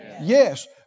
Yes